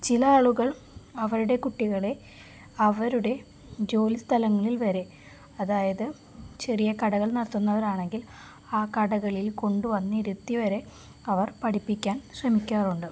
ചിലയാളുകൾ അവരുടെ കുട്ടികളെ അവരുടെ ജോലിസ്ഥലങ്ങളിൽ വരെ അതായത് ചെറിയ കടകൾ നടത്തുന്നവരാണെങ്കിൽ ആ കടകളിൽ കൊണ്ടുവന്നിരുത്തി വരെ അവർ പഠിപ്പിക്കാൻ ശ്രമിക്കാറുണ്ട്